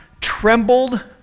trembled